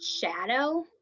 shadow